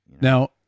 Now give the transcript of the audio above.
Now